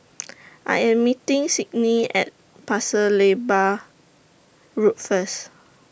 I Am meeting Cydney At Pasir Laiba Road First